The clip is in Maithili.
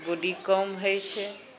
बॉडी कम होइ छै